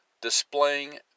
displaying